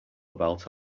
about